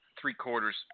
three-quarters